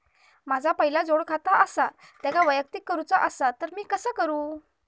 माझा पहिला जोडखाता आसा त्याका वैयक्तिक करूचा असा ता मी कसा करू?